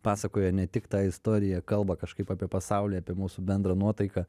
pasakoja ne tik tą istoriją kalba kažkaip apie pasaulį apie mūsų bendrą nuotaiką